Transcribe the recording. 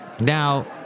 Now